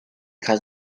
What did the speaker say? has